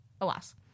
Alas